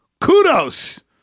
Kudos